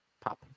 pop